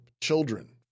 children